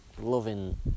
loving